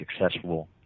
successful